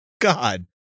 god